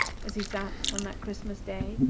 as he sat, on that christmas day,